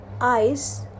eyes